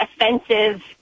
offensive